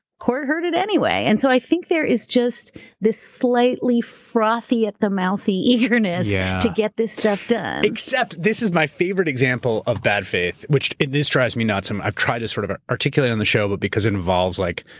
court heard it anyway. and so i think there is just this slightly frothy at the mouthy eagerness yeah to get this stuff done. except this is my favorite example of bad faith, which. and this drives me nuts. um i've tried to sort of articulate on the show, but because involves. like